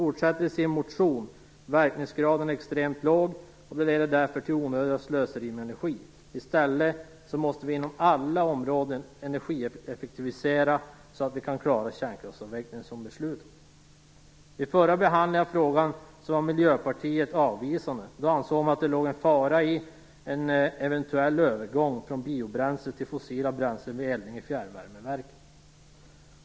Han skriver i sin motion: "Verkningsgraden är extremt låg och det leder därför till ett onödigt slöseri med energi. I stället måste vi inom alla områden energieffektivisera så att vi kan klara kärnkraftsavvecklingen som beslutat." I förra behandlingen av frågan var Miljöpartiet avvisande. Då ansåg man att det låg en fara i en eventuell övergång från biobränsle till fossila bränslen vid eldning i fjärrvärmeverk.